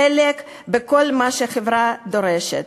חלק מכל מה שהחברה דורשת.